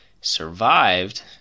survived